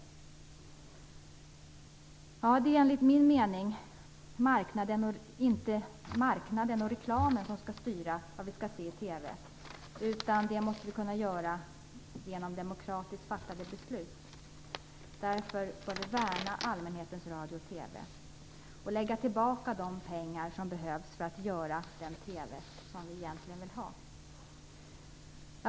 Det är enligt min mening inte marknaden och reklamen som skall styra vad vi skall se i TV, utan det måste vi kunna göra genom demokratiskt fattade beslut. Därför skall vi värna allmänhetens radio och TV och lägga tillbaka de pengar som behövs för att göra den TV som vi vill ha.